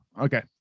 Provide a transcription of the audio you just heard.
Okay